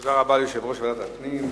תודה רבה ליושב-ראש ועדת הפנים,